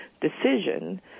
decision